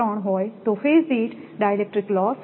03 હોય તો ફેઝ દીઠ ડાઇલેક્ટ્રિક લોસ